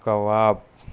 کباب